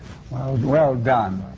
well done.